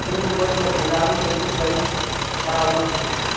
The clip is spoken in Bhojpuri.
अपने उपज क भंडारन कइसे करीं कि उ खराब न हो?